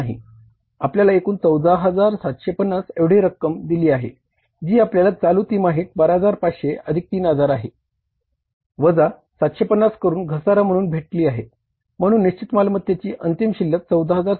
आपल्याला एकूण 14750 एवढी रक्कम दिली आहे जी आपल्याला चालू तिमाहीत 12500 अधिक 3000 आहे वजा 750 करून घसारा म्हणून भेटली आहे म्हणून निश्चित मालमत्तेची अंतिम शिल्लक 14750 आहे